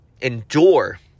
endure